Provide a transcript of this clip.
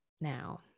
now